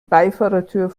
beifahrertür